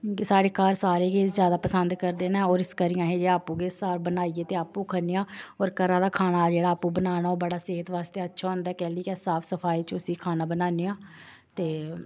साढ़े घर सारे गै ज्यादा पसंद करदे न होर इस करियै असें आपूं गै साग बनाइयै ते आपूं खन्ने आं होर घरा दा खाना जेह्ड़ा आपूं बनाना ओह् बड़ा सेह्त बास्तै अच्छा होंदा ऐ अस साफ सफाई च खाना बनान्ने आं ते